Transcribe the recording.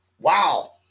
Wow